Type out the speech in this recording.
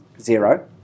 zero